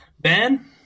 Ben